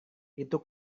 itu